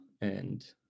and-